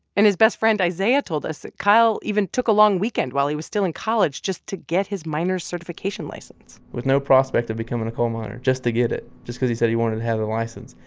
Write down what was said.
and his best friend isaiah told us that kyle even took a long weekend while he was still in college just to get his miner certification license with no prospect of becoming a coal miner, just to get it, just cause he said he wanted to have the license.